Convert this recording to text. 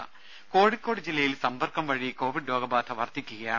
ദ്ദേ കോഴിക്കോട് ജില്ലയിൽ സമ്പർക്കം വഴി കോവിഡ് രോഗബാധ വർദ്ധിക്കുകയാണ്